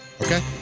Okay